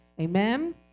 Amen